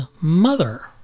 mother